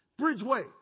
Bridgeway